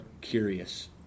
curious